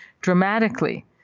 dramatically